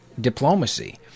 diplomacy